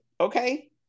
Okay